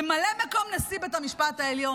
ממלא מקום נשיא בית המשפט העליון.